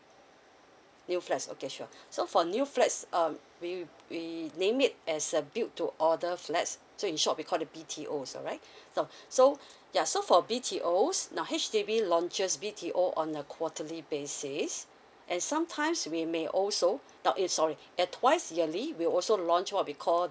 new flats okay sure so for new flats um we we name it as a build to order flats so in short we call it the B_T_O alright now so yeah so for a B_T_Os now H_D_B launches B_T_O on a quarterly basis and sometimes we may also now eh sorry that twice yearly we'll also launch what we call